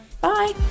Bye